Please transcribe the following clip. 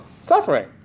suffering